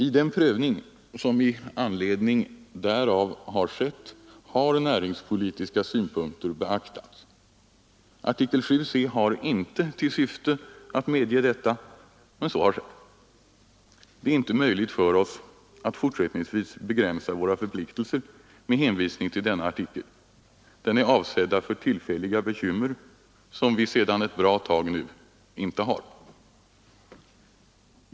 I den prövning som i anledning därav har skett har näringspolitiska synpunkter beaktats. Artikel 7 c har inte till syfte att medge detta, men så har skett. Det är inte möjligt för oss att fortsättningsvis begränsa våra förpliktelser med hänvisning till denna artikel — den är avsedd för tillfälliga bekymmer, som vi sedan ett bra tag inte längre har.